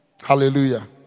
Hallelujah